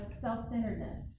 self-centeredness